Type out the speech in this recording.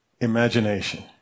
imagination